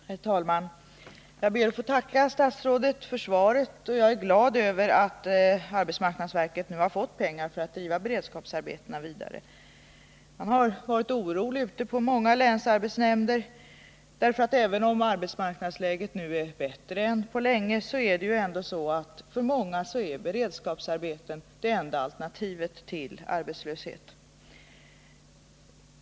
Herr talman! Jag ber att få tacka statsrådet för svaret. Jag är glad över att arbetsmarknadsverket nu har fått pengar för att driva beredskapsarbetena vidare. Man har varit orolig ute på många länsarbetsnämnder. Även om 9 arbetsmarknadsläget nu är bättre än på länge, är för många människor beredskapsarbeten det enda alternativet till arbetslöshet.